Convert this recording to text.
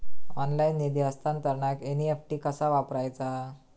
Online निधी हस्तांतरणाक NEFT कसा वापरायचा?